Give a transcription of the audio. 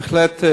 בהחלט,